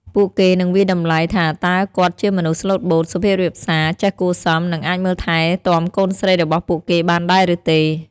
ពួកគេនឹងវាយតម្លៃថាតើគាត់ជាមនុស្សស្លូតបូត សុភាពរាបសា ចេះគួរសម និងអាចមើលថែទាំកូនស្រីរបស់ពួកគេបានដែរឬទេ។